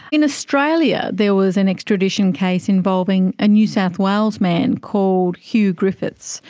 in australia there was an extradition case involving a new south wales man called hew griffiths.